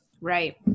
Right